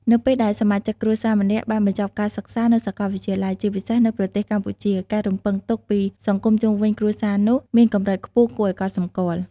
នៅពេលដែលសមាជិកគ្រួសារម្នាក់បានបញ្ចប់ការសិក្សានៅសាកលវិទ្យាល័យ ជាពិសេសនៅប្រទេសកម្ពុជា ការរំពឹងទុកពីសង្គមជុំវិញគ្រួសារនោះមានកម្រិតខ្ពស់គួរឱ្យកត់សម្គាល់។